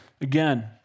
Again